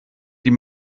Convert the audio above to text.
die